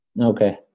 Okay